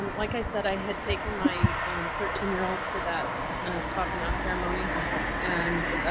um like i said, i had taken my thirteen year old to that topping off ceremony and